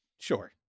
Sure